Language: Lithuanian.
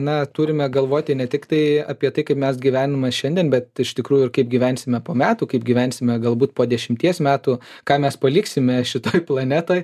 na turime galvoti ne tiktai apie tai kaip mes gyvenimas šiandien bet iš tikrųjų kaip gyvensime po metų kaip gyvensime galbūt po dešimties metų ką mes paliksime šitoj planetoj